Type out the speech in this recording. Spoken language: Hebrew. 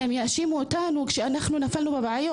הם יאשימו אותנו כשאנחנו נתנו ראיות.